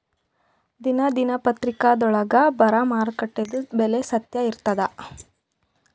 ದಿನಾ ದಿನಪತ್ರಿಕಾದೊಳಾಗ ಬರಾ ಮಾರುಕಟ್ಟೆದು ಬೆಲೆ ಸತ್ಯ ಇರ್ತಾದಾ?